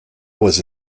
was